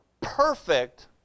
perfect